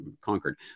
conquered